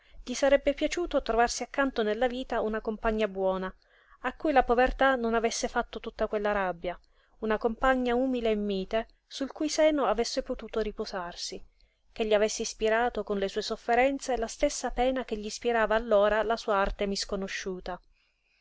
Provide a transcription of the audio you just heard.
gli sarebbe piaciuto trovarsi accanto nella vita una compagna buona a cui la povertà non avesse fatto tutta quella rabbia una compagna umile e mite sul cui seno avesse potuto riposarsi che gli avesse ispirato con le sue sofferenze la stessa pena che gl'ispirava allora la sua arte misconosciuta